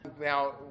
Now